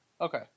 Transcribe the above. Okay